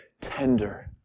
tender